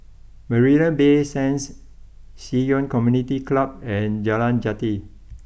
Marina Bay Sands Ci Yuan Community Club and Jalan Jati